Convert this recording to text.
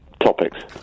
topics